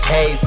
Hey